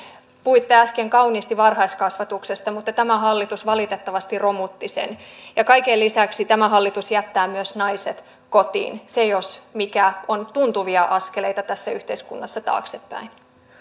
puhuitte äsken kauniisti varhaiskasvatuksesta mutta tämä hallitus valitettavasti romutti sen ja kaiken lisäksi tämä hallitus jättää myös naiset kotiin ne jos mitkä ovat tuntuvia askeleita tässä yhteiskunnassa taaksepäin vielä